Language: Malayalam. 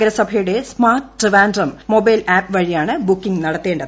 നഗരസഭയുടെ സ്മാർട്ട് ട്രിവാൻഡ്രം മൊബൈൽ ആപ്പ് വഴിയാണ് ബുക്കിംഗ് നടത്തേണ്ടത്